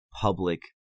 public